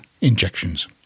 injections